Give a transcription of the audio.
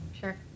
Sure